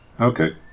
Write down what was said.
Okay